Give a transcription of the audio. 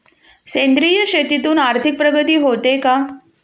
सेंद्रिय शेतीतून आर्थिक प्रगती होते का?